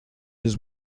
his